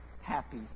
happy